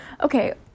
okay